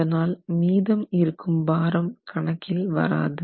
அதனால் மீதம் இருக்கும் பாரம் கணக்கில் வராது